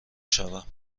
شوم